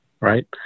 right